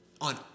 on